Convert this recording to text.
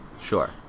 Sure